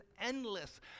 endless